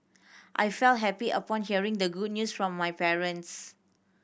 I felt happy upon hearing the good news from my parents